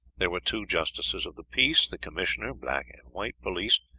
there were two justices of the peace, the commissioner, black and white police,